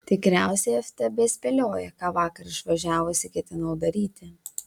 tikriausiai ftb spėlioja ką vakar išvažiavusi ketinau daryti